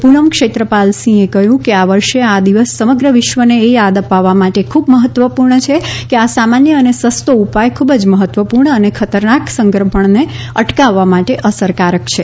પૂનમ ક્ષેત્રપાલ સિંહે કહ્યું કે આ વર્ષે આ દિવસ સમગ્ર વિશ્વને એ યાદ અપાવવા માટે ખૂબ મહત્વપૂર્ણ છે કે આ સામાન્ય અને સસ્તો ઉપાય ખૂબ જ મહત્વપૂર્ણ અને ખતરનાક સંક્રમણને અટકાવવા માટે અસરકારક છે